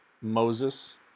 Moses